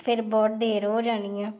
ਫਿਰ ਬਹੁਤ ਦੇਰ ਹੋ ਜਾਣੀ ਆ